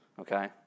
okay